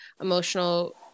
emotional